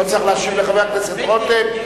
לא צריך להשיב לחבר הכנסת רותם,